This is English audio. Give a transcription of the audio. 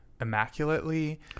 immaculately